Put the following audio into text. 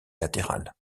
latérales